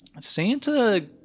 Santa